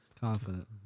confident